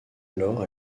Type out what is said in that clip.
alors